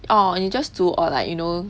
orh 你 just 煮 or like you know